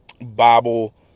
Bible